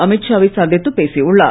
அமீத்ஷா வை சந்தித்து பேசியுள்ளார்